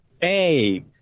Hey